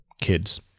Kids